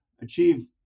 achieve